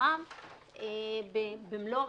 במלוא הרצינות.